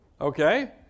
Okay